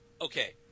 okay